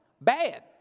Bad